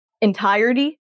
entirety